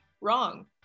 wrong